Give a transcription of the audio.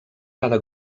cada